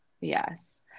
Yes